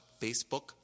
Facebook